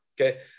okay